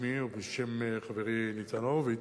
בשמי ובשם חברי ניצן הורוביץ,